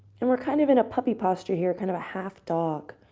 and we're kind of in a puppy posture here. kind of a half-dog.